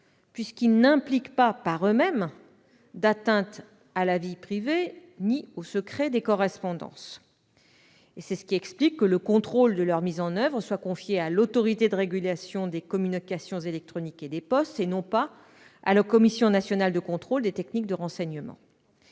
puisqu'ils n'impliquent pas, par eux-mêmes, d'atteinte à la vie privée ni au secret des correspondances. C'est ce qui explique que le contrôle de leur mise en oeuvre soit confié à l'Autorité de régulation des communications électroniques et des postes, et non pas à la Commission nationale de contrôle des techniques de renseignement.